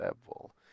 level